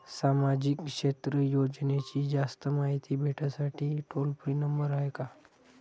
सामाजिक क्षेत्र योजनेची जास्त मायती भेटासाठी टोल फ्री नंबर हाय का?